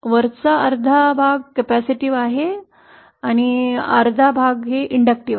वरचा अर्धा कॅपेसिटिव आहे अर्धा भाग प्रेरक आहे